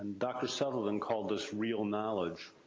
dr. sutherland called this real knowledge.